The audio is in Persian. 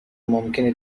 ممکنه